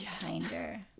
kinder